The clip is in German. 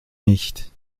nicht